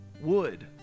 wood